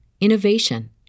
innovation